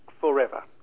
forever